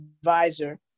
advisor